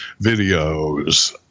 videos